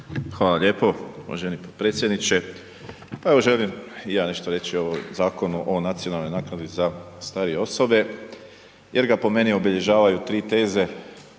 Hvala lijepo uvaženi potpredsjedniče. Pa evo želim i ja nešto reći o Zakonu o nacionalnoj naknadi za starije osobe jer ga po meni obilježavaju 3 teze